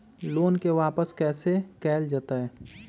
Loan के वापस कैसे कैल जतय?